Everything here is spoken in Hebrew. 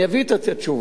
אני אביא את התשובה.